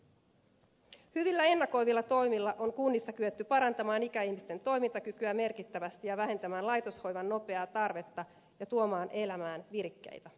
hyvillä ennakoivilla toimilla on kunnissa kyetty parantamaan ikäihmisten toimintakykyä merkittävästi ja vähentämään laitoshoivan nopeaa tarvetta ja tuomaan elämään virikkeitä